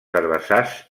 herbassars